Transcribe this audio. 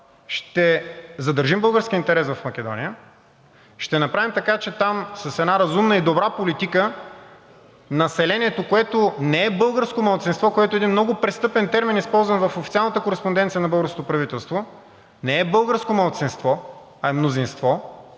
ще задържим българския интерес в Македония, ще направим така, че с една разумна и добра политика населението там, което не е българско малцинство и което е един много престъпен термин, използван в официалната кореспонденция на българското правителство, не е българско малцинство, а е мнозинство,